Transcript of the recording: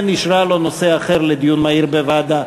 כן אישרה לו נושא אחר לדיון מהיר בוועדה.